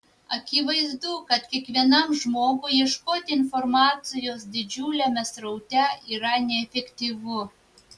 akivaizdu kad kiekvienam žmogui ieškoti informacijos didžiuliame sraute yra neefektyvu